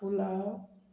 pulao